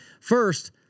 First